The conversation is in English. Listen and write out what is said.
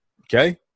Okay